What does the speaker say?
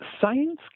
Science